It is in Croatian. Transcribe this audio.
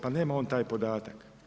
Pa nema on taj podatak.